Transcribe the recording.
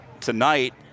tonight